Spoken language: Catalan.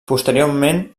posteriorment